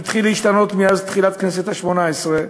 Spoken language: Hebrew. התחיל להשתנות מאז תחילת הכנסת השמונה-עשרה,